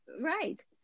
Right